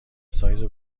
سایز